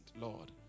lord